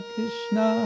Krishna